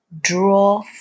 Draw